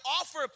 offer